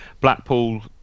Blackpool